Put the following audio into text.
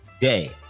day